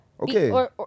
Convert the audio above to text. Okay